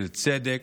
של צדק,